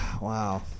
wow